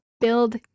build